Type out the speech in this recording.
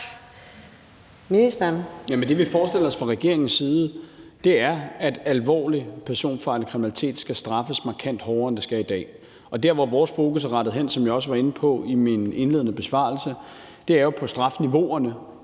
Det, vi forestiller os fra regeringens side, er, at alvorlig personfarlig kriminalitet skal straffes markant hårdere, end det sker i dag. Og der, hvor vores fokus er rettet hen, som jeg også var inde på i min indledende besvarelse, er jo på strafniveauerne